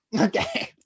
Okay